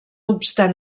obstant